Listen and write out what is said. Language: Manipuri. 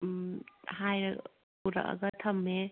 ꯎꯝ ꯍꯥꯏꯔ ꯄꯨꯔꯛꯑꯒ ꯊꯝꯃꯦ